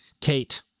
Kate